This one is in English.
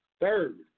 Third